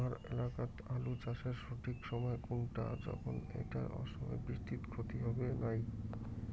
হামার এলাকাত আলু চাষের সঠিক সময় কুনটা যখন এইটা অসময়ের বৃষ্টিত ক্ষতি হবে নাই?